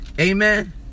Amen